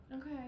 Okay